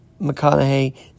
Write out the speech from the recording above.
McConaughey